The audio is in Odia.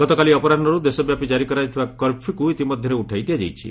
ଗତକାଲି ଅପରାହ୍କରୁ ଦେଶବ୍ୟାପୀ ଜାରି କରାଯାଇଥିବା କର୍ଫ୍ୟୁକ୍ ଇତିମଧ୍ୟରେ ଉଠାଇ ଦିଆଯାଇଛି